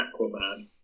Aquaman